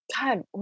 God